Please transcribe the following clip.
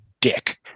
dick